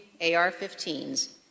AR-15s